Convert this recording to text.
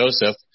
Joseph